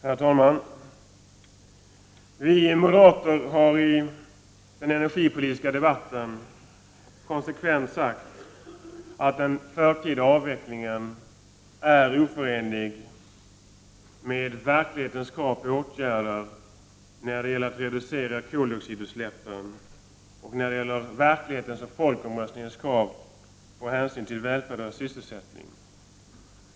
Herr talman! Vi moderater har i den energipolitiska debatten konsekvent sagt att den förtida avvecklingen av kärnkraften är oförenlig med verklighetens krav på åtgärder när det gäller att reducera koldioxidutsläppen och när det gäller verklighetens och folkomröstningens krav på hänsyn till välfärd och sysselsättning.